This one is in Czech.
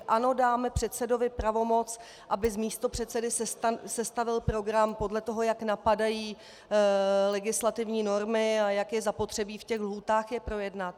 Ano, dáme předsedovi pravomoc, aby s místopředsedy sestavil program podle toho, jak napadají legislativní normy a jak je zapotřebí ve lhůtách je projednat.